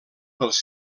pels